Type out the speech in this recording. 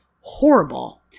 horrible